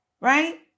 right